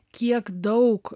kiek daug